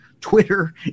Twitter